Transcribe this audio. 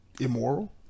immoral